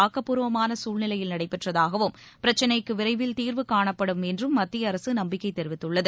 விவசாயிகள் குழ்நிலையில் நடைபெற்றதாகவும் பிரச்சினைக்கு விரைவில் தீர்வு காணப்படும் என்றும் மத்திய அரசு நம்பிக்கை தெரிவித்துள்ளது